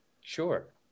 Sure